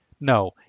No